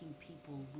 people